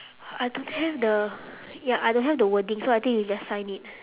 I don't have the ya I don't have the wording so I think we just sign it